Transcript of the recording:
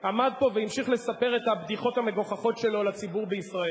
עמד פה והמשיך לספר את הבדיחות המגוחכות שלו לציבור בישראל.